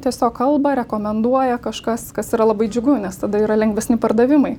tiesiog kalba rekomenduoja kažkas kas yra labai džiugu nes tada yra lengvesni pardavimai